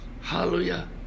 Hallelujah